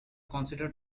considered